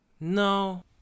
no